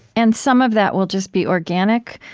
and some of that will just be organic,